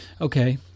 Okay